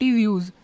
views